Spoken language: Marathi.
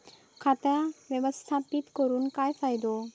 खाता व्यवस्थापित करून काय फायदो?